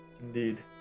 indeed